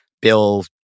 Bill